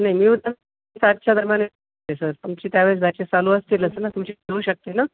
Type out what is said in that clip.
नाही मी उत सातच्या दरम्यान येते सर तुमची त्यावेळेस बॅचेस चालू असतीलच ना तुमची भेट होऊ शकते ना